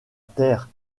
terre